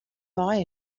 mei